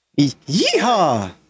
Yeehaw